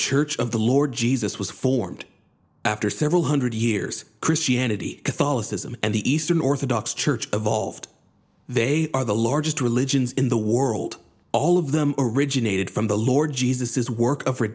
church of the lord jesus was formed after several hundred years christianity catholicism and the eastern orthodox church evolved they are the largest religions in the world all of them originated from the lord jesus is work